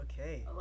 Okay